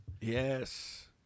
Yes